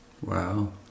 Wow